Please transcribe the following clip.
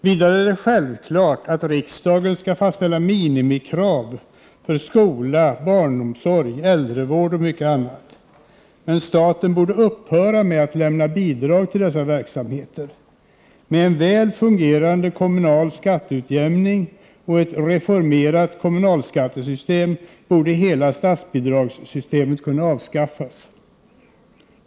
Vidare är det självklart att riksdagen skall fastställa minimikrav för skola, barnomsorg, äldrevård och mycket annat, men staten borde upphöra med att lämna bidrag till dessa verksamheter. Med en väl fungerande kommunal skatteutjämning och ett reformerat kommunalskattesystem borde hela statsbidragssystemet kunna avskaffas.